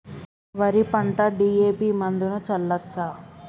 వరి పంట డి.ఎ.పి మందును చల్లచ్చా?